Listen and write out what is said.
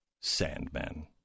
Sandman